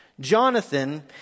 Jonathan